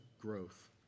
growth